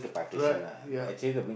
right ya